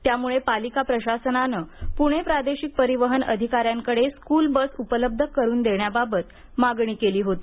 त्यामुळे पालिका प्रशासनाने प्रणे प्रादेशिक परिवहन अधिकाऱ्यांकडे स्कूल बस उपलब्ध करून देण्या बाबत मागणी केली होती